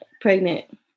pregnant